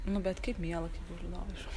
nu bet kaip miela kai guli lovoj šuo